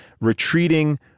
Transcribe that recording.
retreating